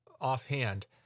offhand